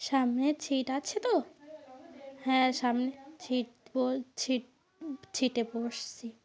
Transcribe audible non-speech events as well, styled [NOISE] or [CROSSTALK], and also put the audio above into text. সামনে সিট আছে তো হ্যাঁ সামনে সিট [UNINTELLIGIBLE] সিট সিটে বসছি